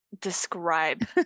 describe